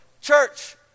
Church